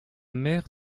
mère